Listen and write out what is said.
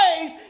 ways